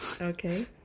Okay